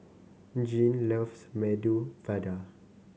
Jeane loves Medu Vada